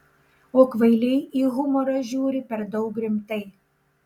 o kvailiai į humorą žiūri per daug rimtai